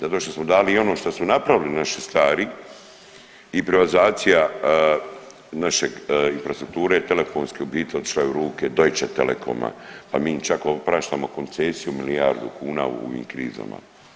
Zato što smo dali i ono što su napravili naši stari i privatizacija naše infrastrukture telefonske u biti otišla je u ruke Deutsche telekoma pa mi im čak opraštamo koncesiju milijardu kuna u ovim krizama.